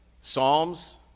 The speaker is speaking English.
Psalms